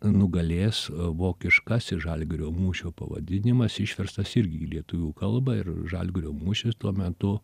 nugalės vokiškasis žalgirio mūšio pavadinimas išverstas irgi į lietuvių kalba ir žalgirio mūšis tuo metu